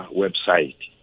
website